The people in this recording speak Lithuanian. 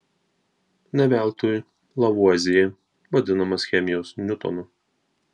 ne veltui lavuazjė vadinamas chemijos niutonu